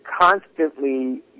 constantly